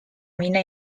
mina